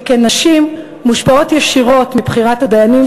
שכן נשים מושפעות ישירות מבחירת הדיינים,